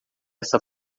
essa